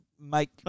Make